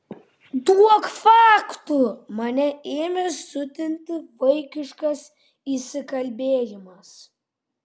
duok faktų mane ėmė siutinti vaikiškas įsikalbėjimas